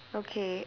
okay